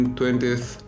20th